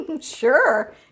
Sure